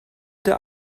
der